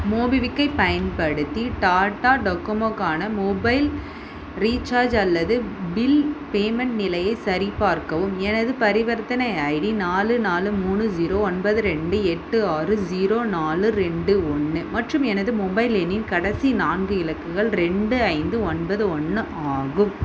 மோபிக்விக்கைப் பயன்படுத்தி டாடா டொக்கோமோக்கான mobile recharge அல்லது பில் பேமெண்ட் நிலையைச் சரிபார்க்கவும் எனது பரிவர்த்தனை ஐடி நாலு நாலு மூணு ஜீரோ ஒன்பது ரெண்டு எட்டு ஆறு ஜீரோ நாலு ரெண்டு ஒன்று மற்றும் எனது மொபைல் எண்ணின் கடைசி நான்கு இலக்குகள் ரெண்டு ஐந்து ஒன்பது ஒன்று ஆகும்